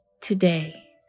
Today